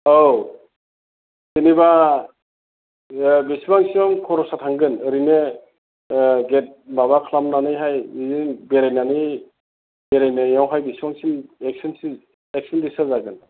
औ जेनेबा बेयाव बेसेबां सेबां खरस थांगोन ओरैनो गेट माबा खालामनानैहाय बिदिनो बेरायनानै बेरायनायावहाय बेसेबांसिम एक्सपेन्सिभ एक्सपेन्दिचार जागोन